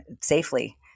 safely